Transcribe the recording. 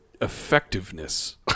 effectiveness